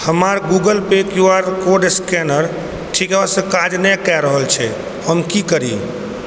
हमर Google pay QR code scanner ठीकसँ काज नहि रहल अछि हम की करी